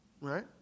right